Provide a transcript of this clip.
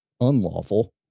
unlawful